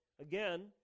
again